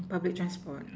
public transport